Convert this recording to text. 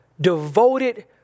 devoted